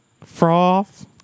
Froth